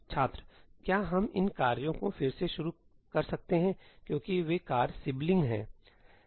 छात्र क्या हम इन कार्यों को फिर से शुरू कर सकते हैं क्योंकि वे कार्य सिबलिंग हैं